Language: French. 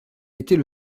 était